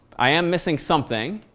i am missing something.